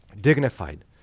Dignified